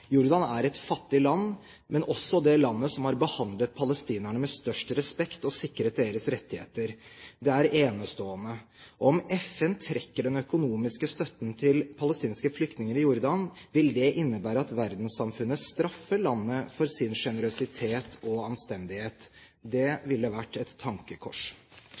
Jordan er et fattig land, men også det landet som har behandlet palestinerne med størst respekt og sikret deres rettigheter. Det er enestående. Om FN trekker den økonomiske støtten til palestinske flyktninger i Jordan, vil det innebære at verdenssamfunnet straffer landet for dets sjenerøsitet og anstendighet. Det ville vært et tankekors.